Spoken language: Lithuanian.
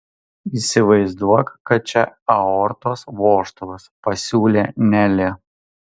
įsivaizduok kad čia aortos vožtuvas pasiūlė nelė